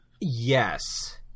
Yes